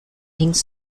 things